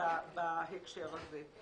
בהקשר הזה.